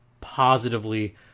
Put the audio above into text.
positively